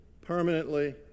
permanently